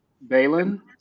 Balin